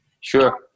sure